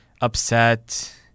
upset